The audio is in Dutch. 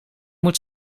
moet